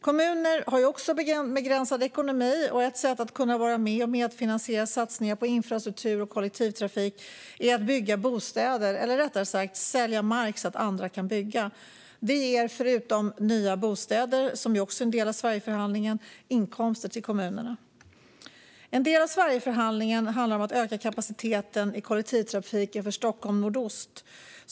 Kommuner har ju också begränsad ekonomi, och ett sätt att kunna medfinansiera satsningar på infrastruktur och kollektivtrafik är att bygga bostäder eller, rättare sagt, att sälja mark så att andra kan bygga. Detta ger förutom nya bostäder, som ju också är en del av Sverigeförhandlingen, inkomster till kommunerna. En del av Sverigeförhandlingen handlar om att öka kapaciteten i kollektivtrafiken för Stockholm Nordost.